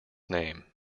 name